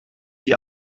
die